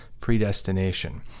predestination